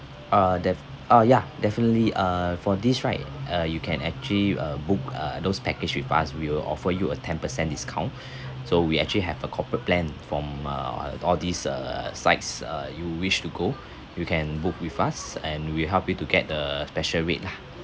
uh def~ ah yeah definitely uh for this right uh you can actually uh book uh those package with us we'll offer you a ten percent discount so we actually have a corporate plan from uh all these uh sites uh you wish to go you can book with us and we'll help you to get the special rate lah